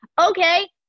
Okay